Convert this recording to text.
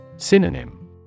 Synonym